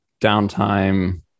downtime